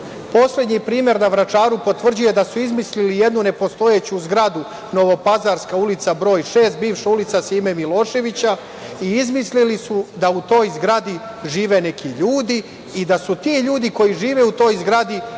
Poslednji primer na Vračaru potvrđuje da su izmislili jednu nepostojeći zgradu, Novopazarska ulica broj 6, bivša ulica Sime Miloševića, i izmislili su da u toj zgradi žive neki ljudi i da su ti ljudi koji žive u toj zgradi novi